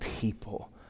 people